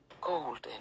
golden